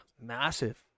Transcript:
massive